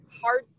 hard